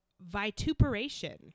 Vituperation